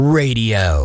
radio